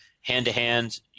hand-to-hand